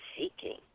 seeking